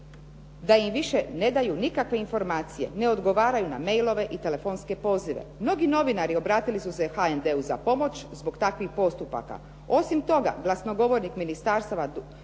da im više ne daju nikakve informacije, ne odgovaraju na Emilove i telefonske pozive. Mnogi novinari obratili su se HND-u za pomoć zbog takvih postupaka. Osim toga, glasnogovornik ministarstva